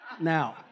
Now